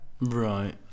Right